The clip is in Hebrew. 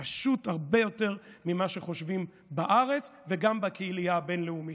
פשוט הרבה יותר ממה שחושבים בארץ וגם בקהילייה הבין-לאומית.